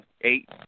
eight